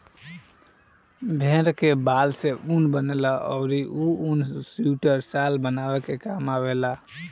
भेड़ के बाल से ऊन बनेला अउरी इ ऊन सुइटर, शाल बनावे के काम में आवेला